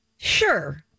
Sure